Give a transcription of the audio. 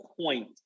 point